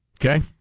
Okay